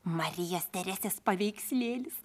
marijos teresės paveikslėlis